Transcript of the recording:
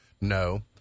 No